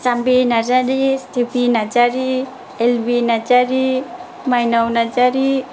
Janbi Narzary Sitefi Narzary Elbi Narzary Mainao Narzary